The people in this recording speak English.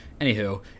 anywho